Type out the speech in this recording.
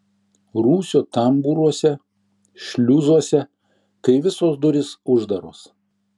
rūsio tambūruose šliuzuose kai visos durys uždaros